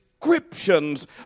descriptions